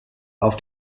auf